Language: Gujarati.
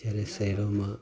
જયારે શહેરોમાં